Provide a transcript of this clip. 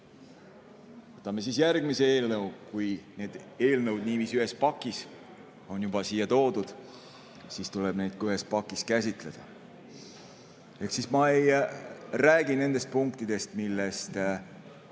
Kui need eelnõud niiviisi ühes pakis on juba siia toodud, siis tuleb neid ka ühes pakis käsitleda. Ma ei räägi nendest punktidest, millest